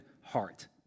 heart